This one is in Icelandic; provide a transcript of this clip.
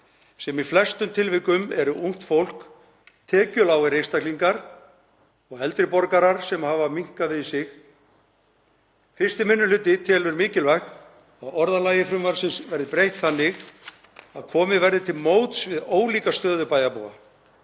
sem í flestum tilvikum eru ungt fólk, tekjulágir einstaklingar og eldri borgarar sem hafa minnkað við sig. 1. minni hluti telur mikilvægt að orðalagi frumvarpsins verði breytt þannig að komið verði til móts við ólíka stöðu bæjarbúa